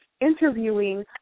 interviewing